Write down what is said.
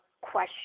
question